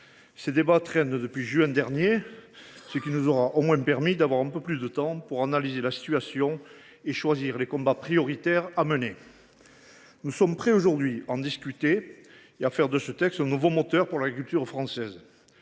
Ces débats traînent depuis juin dernier, ce qui nous aura au moins permis d’avoir un peu plus de temps pour analyser la situation et choisir les combats prioritaires à mener. Nous sommes prêts aujourd’hui à en discuter et à faire de ce texte un nouveau moteur pour l’agriculture française.